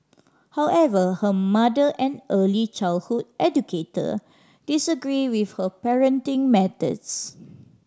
however her mother an early childhood educator disagreed with her parenting methods